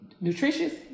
nutritious